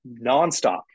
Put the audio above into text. nonstop